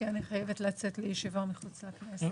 כי אני חייבת לצאת לישיבה מחוץ לכנסת.